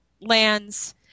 lands